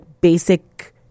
basic